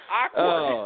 awkward